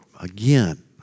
again